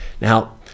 Now